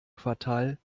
quartal